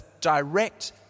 direct